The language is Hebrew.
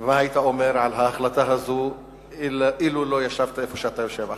ומה היית אומר על ההחלטה הזו אילו לא ישבת איפה שאתה יושב עכשיו.